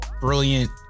brilliant